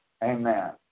Amen